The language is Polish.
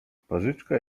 twarzyczka